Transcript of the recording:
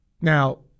now